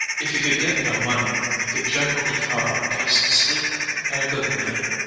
if he could get no money he could generally count on a place to sleep in and a good meal.